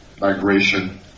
migration